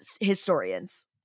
historians